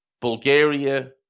Bulgaria